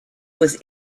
was